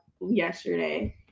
yesterday